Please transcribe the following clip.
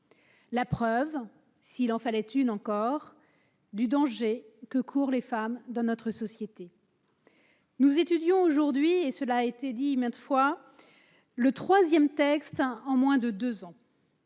preuve, s'il en fallait une encore, du danger que courent les femmes dans notre société. Nous étudions aujourd'hui- cela a été dit maintes fois -le troisième texte en moins de deux ans